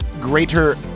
greater